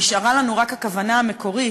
נשארה לנו רק הכוונה המקורית: